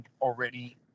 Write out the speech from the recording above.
already